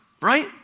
right